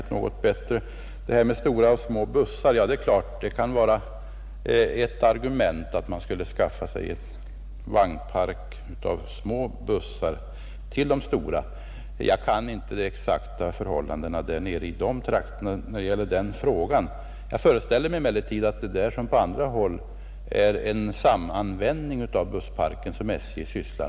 Att SJ skulle skaffa en vagnpark som innehöll även små bussar kan naturligtvis vara ett argument. Jag känner inte till de exakta förhållandena i Småland och Blekinge när det gäller den frågan; jag föreställer mig emellertid att det där som på många andra håll förekommer en samanvändning av vagnparken.